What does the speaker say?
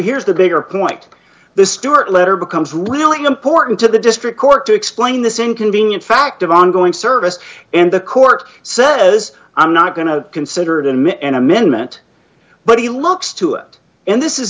here's the bigger point the stuart letter becomes really important to the district court to explain this inconvenient fact of ongoing service and the court says i'm not going to consider it in an amendment but he looks to it and this